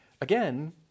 again